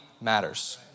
matters